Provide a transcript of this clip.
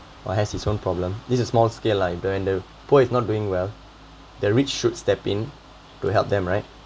or has its own problem this is small scale lah and the and the poor is not doing well the rich should step in to help them right